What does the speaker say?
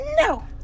no